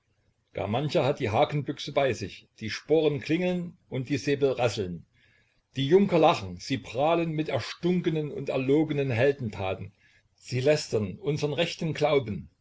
gar mancher hat die hakenbüchse bei sich die sporen klingeln und die säbel rasseln die junker lachen sie prahlen mit erstunkenen und erlogenen heldentaten sie lästern unsern rechten glauben